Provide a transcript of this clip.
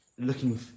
looking